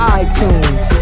iTunes